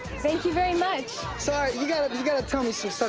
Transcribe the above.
thank you very much. sorry, you gotta you gotta tell me some stuff